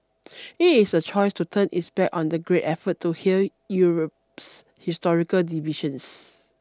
it is a choice to turn its back on the great effort to heal Europe's historical divisions